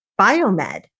biomed